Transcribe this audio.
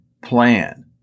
plan